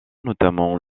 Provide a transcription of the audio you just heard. notamment